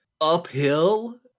uphill